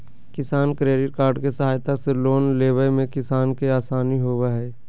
किसान credit card के सहायता से लोन लेवय मे किसान के आसानी होबय हय